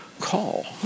call